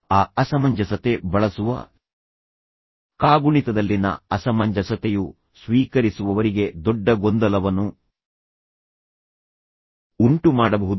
ಆ ಅಸಮಂಜಸತೆ ಬಳಸುವ ಕಾಗುಣಿತದಲ್ಲಿನ ಅಸಮಂಜಸತೆಯು ಸ್ವೀಕರಿಸುವವರಿಗೆ ದೊಡ್ಡ ಗೊಂದಲವನ್ನು ಉಂಟುಮಾಡಬಹುದು